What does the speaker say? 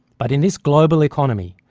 but in this global economy,